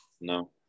No